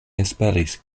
esperis